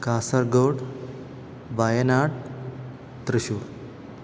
Kasaragod Wayanad Thrissur